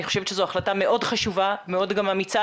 אני חושבת שזו החלטה מאוד חשובה ומאוד אמיצה,